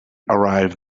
arrive